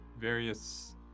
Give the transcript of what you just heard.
various